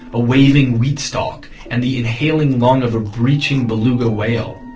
a waving wheat stalk and the inhaling lung of a breaching beluga whale.